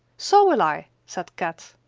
so will i, said kat.